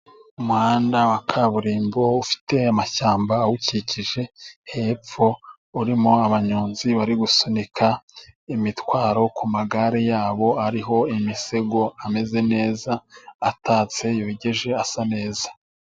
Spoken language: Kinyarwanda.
Umuhanda wa kaburimbo ufite amashyamba awukikije hepfo, urimo abanyonzi bari gusunika imitwaro ku magare yabo ariho imisego, ameze neza, atatse, yogeje, asa neza.